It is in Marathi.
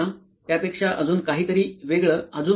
किंबहुना त्यापेक्षा अजून काहीतरी वेगळं